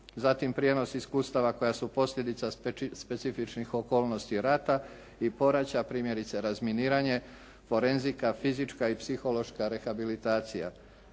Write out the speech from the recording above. Zatim, prijenos iskustava koja su posljedica specifičnih okolnosti rata i porača primjerice razminiranje, forenzika, fizička i psihološka rehabilitacija,